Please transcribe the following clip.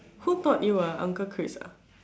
who taught you ah uncle Chris ah